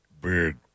Big